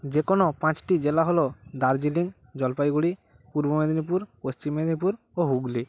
যে কোনো পাঁচটি জেলা হলো দার্জিলিং জলপাইগুড়ি পূর্ব মেদিনীপুর পশ্চিম মেদিনীপুর ও হুগলি